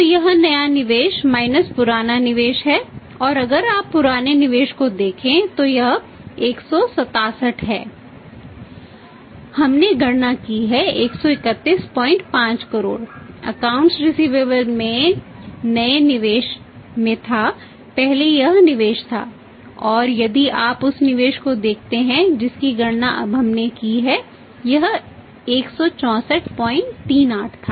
तो यह नया निवेश माइनस के निवेश में था पहले यह निवेश था और यदि आप उस निवेश को देखते हैं जिसकी गणना अब हमने की थी यह 16438 था